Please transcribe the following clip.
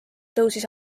tõusis